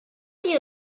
chi